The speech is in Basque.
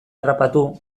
harrapatu